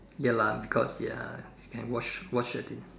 ya lah because ya you can watch watch at